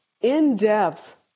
in-depth